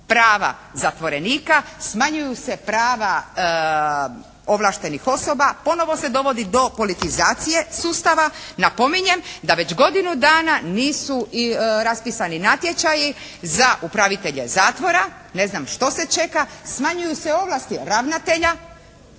prava zatvorenika, smanjuju se prava ovlaštenih osoba. Ponovo se dovodi do politizacije sustava. Napominjem da već godinu dana nisu raspisani natječaji za upravitelje zatvora. Ne znam što se čeka. Smanjuju se ovlasti ravnatelja